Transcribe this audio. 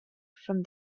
from